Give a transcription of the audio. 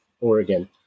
Oregon